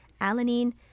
alanine